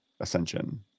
ascension